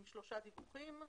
עם שלושה דיווחים.